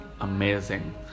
amazing